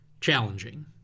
challenging